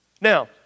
Now